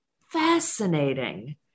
fascinating